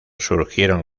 surgieron